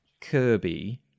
kirby